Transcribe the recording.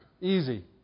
easy